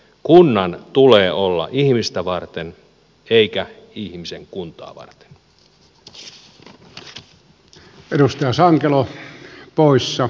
kunnan tulee olla ihmistä varten eikä ihmisen kuntaa varten